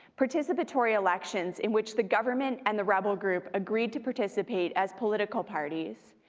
participatory elections in which the government and the rebel group agreed to participate as political parties,